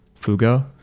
Fugo